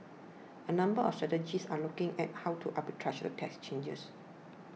a number of strategists are looking at how to arbitrage the tax changes